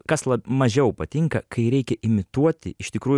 kas mažiau patinka kai reikia imituoti iš tikrųjų